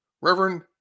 Reverend